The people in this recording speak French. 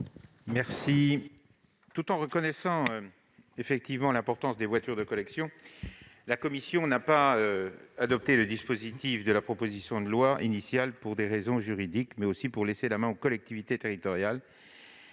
? Tout en reconnaissant l'importance des voitures de collection, la commission n'a pas adopté le dispositif de cette proposition de loi, pour des raisons juridiques et afin de laisser la main aux collectivités territoriales.